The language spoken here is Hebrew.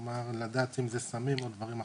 כלומר, לדעת אם זה סמים או דברים אחרים.